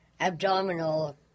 abdominal